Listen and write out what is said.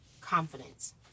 confidence